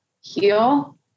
heal